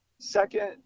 Second